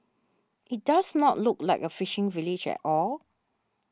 it does not look like a fishing village at all